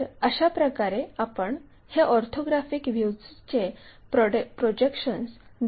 तर अशाप्रकारे आपण हे ऑर्थोग्राफिक व्ह्यूजचे प्रोजेक्शन्स दाखवतो